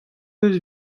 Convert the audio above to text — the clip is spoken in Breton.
eus